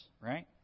right